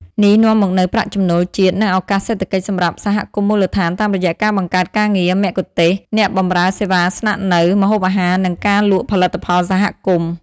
នេះនាំមកនូវប្រាក់ចំណូលជាតិ និងឱកាសសេដ្ឋកិច្ចសម្រាប់សហគមន៍មូលដ្ឋាន តាមរយៈការបង្កើតការងារ មគ្គុទ្ទេសក៍ អ្នកបម្រើសេវាស្នាក់នៅ ម្ហូបអាហារ និងការលក់ផលិតផលសហគមន៍។